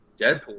Deadpool